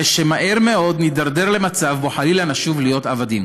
מהר מאוד נידרדר למצב שבו חלילה נשוב להיות עבדים.